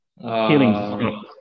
healing